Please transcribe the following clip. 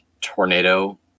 tornado